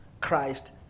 Christ